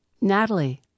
Natalie